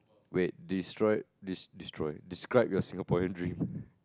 wait destroyed destroy describe you Singapore and dream